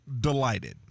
Delighted